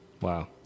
Wow